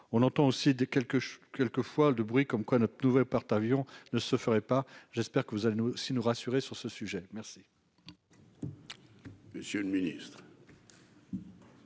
des quelques quelques fois de bruit comme quoi notre nouvelle porte-avions ne se ferait pas, j'espère que vous allez nous aussi nous rassurer sur ce sujet, merci.